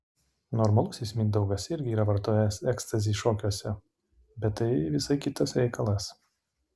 normalusis mindaugas irgi yra vartojęs ekstazį šokiuose bet tai visai kitas reikalas